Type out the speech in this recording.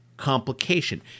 Complication